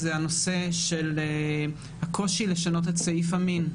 זה הנושא של הקושי לשנות את סעיף המין.